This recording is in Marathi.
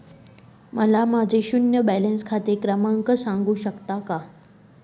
मला माझे शून्य बॅलन्स खाते क्रमांक सांगू शकता का?